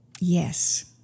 Yes